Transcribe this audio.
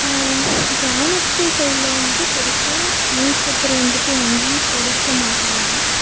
கிராமத்து சைடில் வந்துட்டு பெரிசா நியூஸ் பேப்பர் வந்துவிட்டு வாங்கி படிக்க மாட்டாங்க